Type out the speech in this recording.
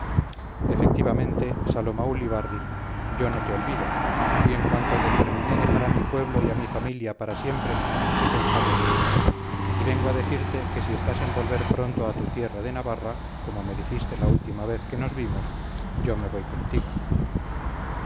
efectivamente saloma ulibarri yo no te olvido y en cuanto determiné dejar a mi pueblo y a mi familia para siempre he pensado en ti y vengo a decirte que si estás en volver pronto a tu tierra de navarra como me dijiste la última vez que nos vimos yo me voy contigo